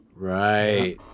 Right